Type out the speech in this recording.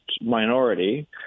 minority